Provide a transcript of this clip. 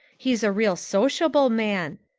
he's a real sociable man.